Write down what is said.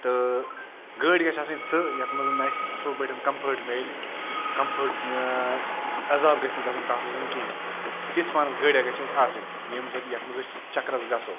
تہٕ گٲڑۍ گَژھِ آسٕنۍ سُہ یَتھ منٛز اَسہِ اَصٕل پٲٹھۍ کَمفٲٹ مِلہِ کَمفٲٹ عذاب گژھِ نہٕ گژھُن تَتھ منٛز کِہیٖنۍ تہٕ تِژھ پَہنس گٲڑیٛا گَژھِ اَسہِ آسٕنۍ ییٚمہِ سۭتۍ یَتھ منٛز أسۍ چَکرَس گژھو